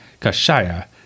kashaya